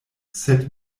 sed